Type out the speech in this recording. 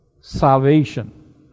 salvation